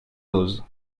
dose